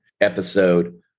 episode